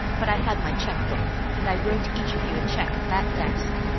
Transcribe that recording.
but i had my check-book, and i wrote each of you a check at that desk.